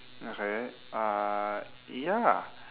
okay uh ya